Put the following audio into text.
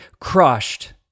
crushed